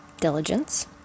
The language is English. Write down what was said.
diligence